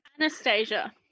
Anastasia